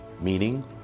meaning